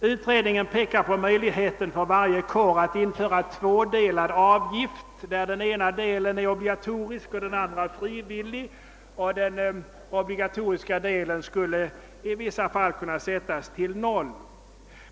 Utredningen pekar på möjligheten för varje kår att införa tvådelade avgifter, där den ena delen är obligatorisk och den andra frivillig. Den obligatoriska delen skulle i vissa fall kunna sättas till noll.